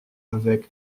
avec